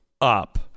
up